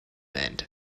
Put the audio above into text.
end